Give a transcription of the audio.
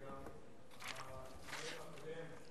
וגם הנואם הקודם,